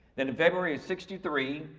then in february is sixty three,